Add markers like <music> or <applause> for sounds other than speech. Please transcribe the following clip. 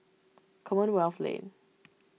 <noise> Commonwealth Lane